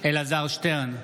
אלעזר שטרן,